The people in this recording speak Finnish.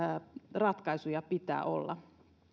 ratkaisuja pitää olla